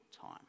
time